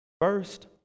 First